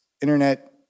internet